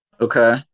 Okay